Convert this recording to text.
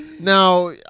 Now